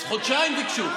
אז חודשיים ביקשו.